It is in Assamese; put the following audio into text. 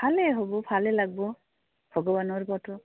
ভালেই হ'ব ভালে লাগব ভগৱানৰ ফটো